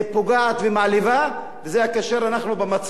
וזה כאשר אנחנו במצב השגרתי והרגיל.